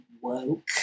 woke